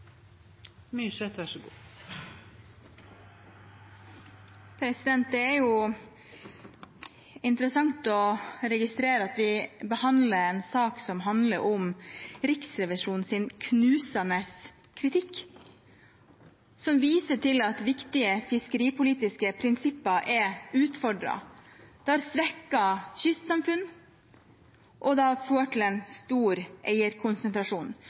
Det er interessant å registrere at vi behandler en sak som handler om Riksrevisjonens knusende kritikk, som viser til at viktige fiskeripolitiske prinsipper er utfordret – det har svekket kystsamfunn, og det har ført til en stor eierkonsentrasjon